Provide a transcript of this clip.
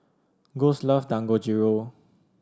Gus love Dangojiru